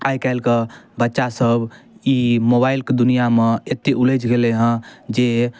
आइकाल्हिके बच्चासभ ई मोबाइलके दुनिआमे एतेक उलझि गेलै हँ जे